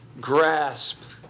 grasp